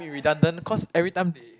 redundant cause every time they